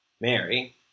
Mary